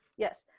yes.